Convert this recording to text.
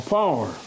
power